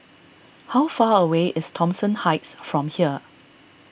how far away is Thomson Heights from here